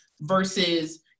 versus